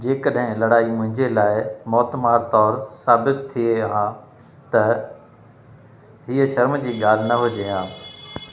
जेकड॒हिं लड़ाई मुंहिंजे लाइ मौतिमार तौरु साबित थिए हा त हीअं शर्म जी ॻाल्हि न हुजे हा